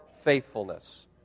faithfulness